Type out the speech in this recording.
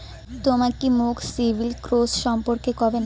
তমা কি মোক সিবিল স্কোর সম্পর্কে কবেন?